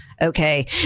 Okay